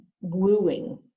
wooing